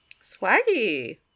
Swaggy